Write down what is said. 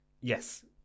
yes